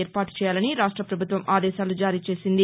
ఏర్పాటు చేయాలని రాష్ట్ర పభుత్వం ఆదేశాలు జారీ చేసింది